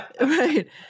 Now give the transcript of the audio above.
Right